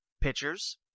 pitchers